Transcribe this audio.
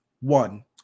one